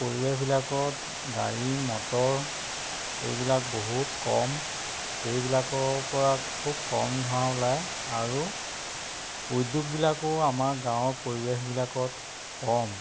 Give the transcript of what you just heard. পৰিৱেশবিলাকত গাড়ী মটৰ এইবিলাক বহুত কম সেইবিলাকৰ পৰা খুব কম ধোঁৱা ওলায় আৰু উদ্যোগবিলাকো আমাৰ গাঁৱৰ পৰিৱেশবিলাকত কম